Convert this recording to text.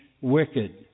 wicked